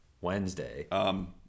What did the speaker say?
Wednesday